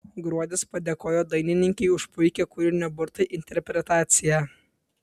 gruodis padėkojo dainininkei už puikią kūrinio burtai interpretaciją